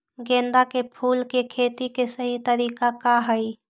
गेंदा के फूल के खेती के सही तरीका का हाई?